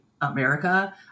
America